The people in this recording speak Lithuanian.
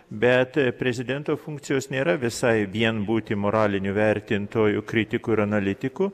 bet prezidento funkcijos nėra visai vien būti moralinių vertintoju kritiku ir analitiku